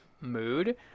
mood